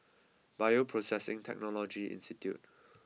Bioprocessing Technology Institute